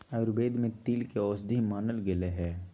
आयुर्वेद में तिल के औषधि मानल गैले है